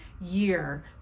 year